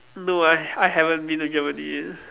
no I I haven't been to Germany